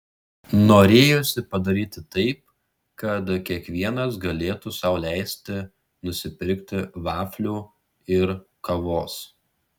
norėjosi padaryti taip kad kiekvienas galėtų sau leisti nusipirkti vaflių ir kavos